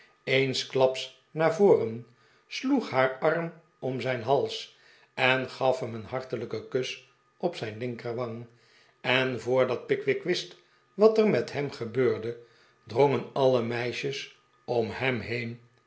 eensklaps naar voren sloeg haar arm om zijn hals en gaf hem een hartelijken kus op zijn linkerwangj en voordat pickwick wist wat er met hem gebeurde drongen alle meisjes om hem heen